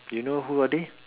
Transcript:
you know who are they